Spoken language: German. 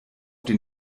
den